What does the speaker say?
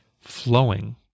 flowing